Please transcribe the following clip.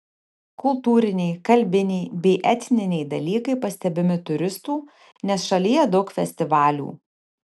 kultūriniai kalbiniai bei etniniai dalykai pastebimi turistų nes šalyje daug festivalių